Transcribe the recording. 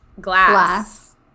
Glass